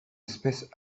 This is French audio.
espèce